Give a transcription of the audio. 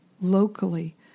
locally